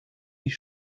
mich